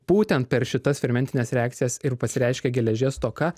būtent per šitas fermentines reakcijas ir pasireiškia geležies stoka